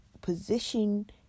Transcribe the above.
position